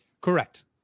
Correct